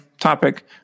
topic